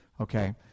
Okay